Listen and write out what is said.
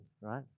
right